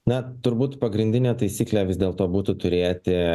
na turbūt pagrindinė taisyklė vis dėlto būtų turėti